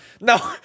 no